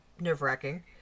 nerve-wracking